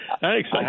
thanks